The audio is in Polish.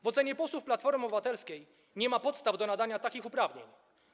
W ocenie posłów Platformy Obywatelskiej nie ma podstaw do nadania takich uprawnień.